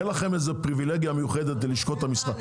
זוהי הסיבה שבגללה פגשנו כל אחד מכם בנפרד,